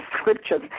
scriptures